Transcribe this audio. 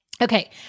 Okay